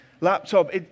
Laptop